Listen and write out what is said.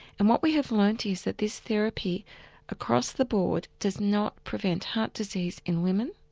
and what we have learnt is that this therapy across the board does not prevent heart disease in women.